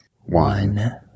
One